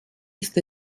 ist